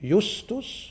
Justus